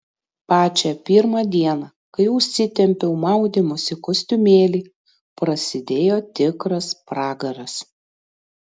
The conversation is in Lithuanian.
pačią pirmą dieną kai užsitempiau maudymosi kostiumėlį prasidėjo tikras pragaras